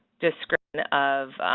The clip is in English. description of